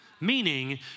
meaning